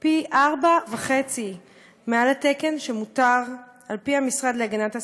פי-4.5 מעל התקן שמותר על-פי המשרד להגנת הסביבה.